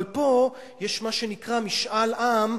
אבל פה יש מה שנקרא משאל עם על-תנאי.